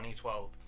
2012